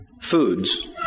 foods